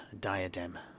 diadem